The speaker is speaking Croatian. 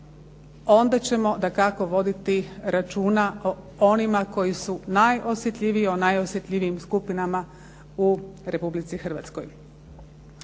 onda ćemo dakako voditi računa o onima koji su najosjetljiviji, o najosjetljivijim u Republici Hrvatskoj.